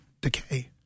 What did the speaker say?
decay